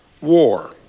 war